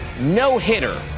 no-hitter